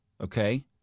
okay